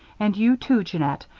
and you, too, jeannette,